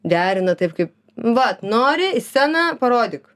derina taip kaip vat nori į sceną parodyk